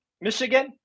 Michigan